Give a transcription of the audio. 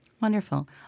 Wonderful